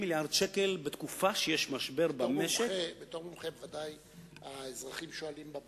שייאמר לכנסת מה היתה הכוונה המקורית של הממשלה בחוק ההסדרים הזה.